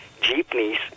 jeepneys